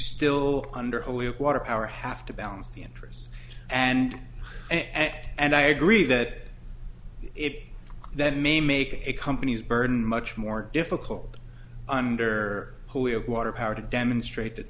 still under water power have to balance the interests and and i agree that it that may make a company's burden much more difficult under wholly of water power to demonstrate that